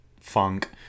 funk